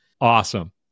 Awesome